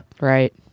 Right